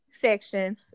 section